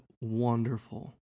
wonderful